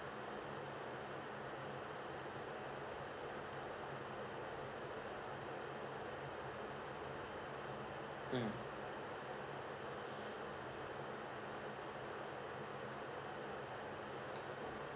mm